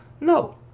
No